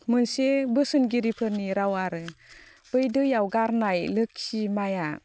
मोनसे बोसोनगिरिफोरनि राव आरो बै दैयाव गारनाय लोखि माइया